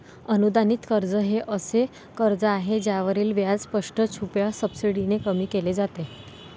अनुदानित कर्ज हे असे कर्ज आहे ज्यावरील व्याज स्पष्ट, छुप्या सबसिडीने कमी केले जाते